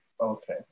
Okay